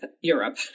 Europe